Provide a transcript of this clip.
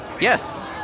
Yes